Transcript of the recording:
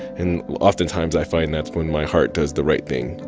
and oftentimes, i find that's when my heart does the right thing.